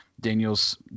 Daniel's